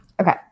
Okay